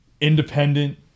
independent